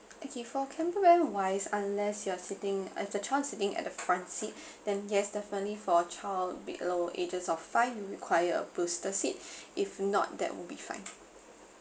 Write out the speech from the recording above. okay for camper van wise unless you're sitting uh the child is sitting at the front seat then yes definitely for child below ages of five you require a booster seat if not that would be fine